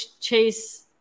chase